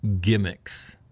gimmicks